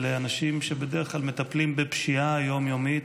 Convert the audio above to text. אלה האנשים שבדרך כלל מטפלים בפשיעה היום-יומית.